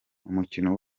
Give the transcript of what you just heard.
umukino